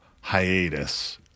hiatus